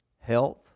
health